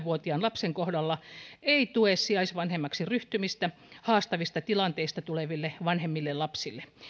vuotiaan lapsen kohdalla ei tue sijaisvanhemmaksi ryhtymistä haastavista tilanteista tuleville vanhemmille lapsille